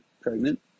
pregnant